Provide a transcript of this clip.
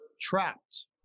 trapped